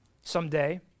someday